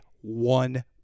one